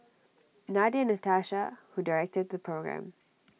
Nadia Natasha who directed the programme